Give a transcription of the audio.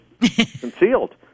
concealed